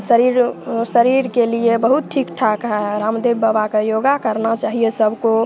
शरीर शरीर के लिए बहुत ठीक ठाक है रामदेव बाबा का योगा करना चाहिए सबको